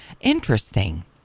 interesting